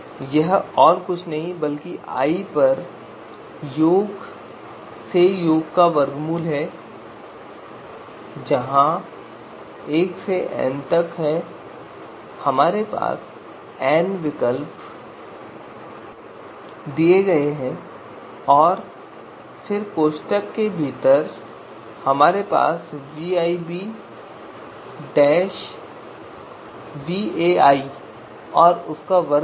तो यह और कुछ नहीं बल्कि i पर योग से योग का वर्गमूल है जहां i 1 से n तक है हमारे पास n विकल्प दिए गए हैं और फिर कोष्ठक के भीतर हमारे पास और उसका वर्ग है